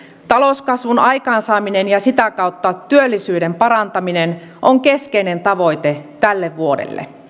talouskasvun aikaansaaminen ja sitä kautta työllisyyden parantaminen on keskeinen tavoite tälle vuodelle